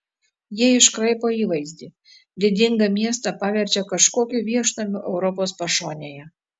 jie iškraipo įvaizdį didingą miestą paverčia kažkokiu viešnamiu europos pašonėje